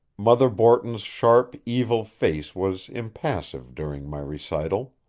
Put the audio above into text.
mother borton's sharp, evil face was impassive during my recital.